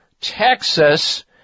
Texas